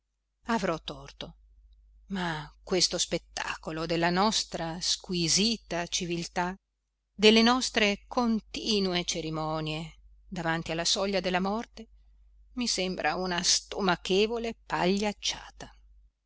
avrò torto ma questo spettacolo della nostra squisita civiltà delle nostre continue cerimonie davanti alla soglia della morte mi sembra una stomachevole pagliacciata